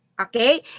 Okay